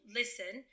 listen